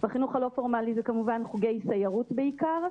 בחינוך הלא פורמלי זה חוגי סיירות בעיקר.